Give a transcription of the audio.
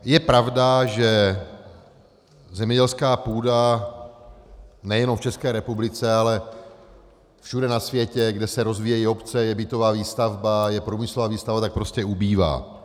Je pravda, že zemědělská půda nejenom v České republice, ale všude na světě, kde se rozvíjejí obce, je bytová výstavba, je průmyslová výstavba, tak prostě ubývá.